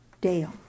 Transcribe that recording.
Dale